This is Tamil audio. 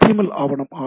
எல் ஆவணம் ஆகும்